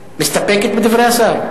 מסתפקת בדברי השר?